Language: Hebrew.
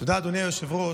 תודה, אדוני היושב-ראש.